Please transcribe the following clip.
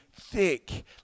thick